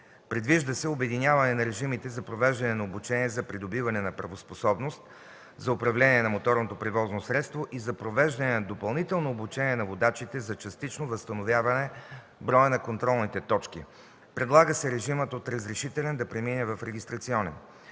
Предвижда се обединяване на режимите за провеждане на обучение за придобиване на правоспособност за управление на моторно превозно средство и за провеждане на допълнително обучение на водачите за частично възстановяване броя на контролните точки. Предлага се режимът от разрешителен да премине в регистрационен.